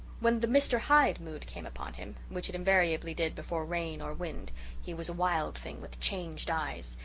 when the mr. hyde mood came upon him which it invariably did before rain, or wind he was a wild thing with changed eyes.